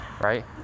Right